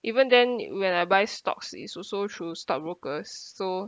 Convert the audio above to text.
even then when I buy stocks it's also through stockbrokers so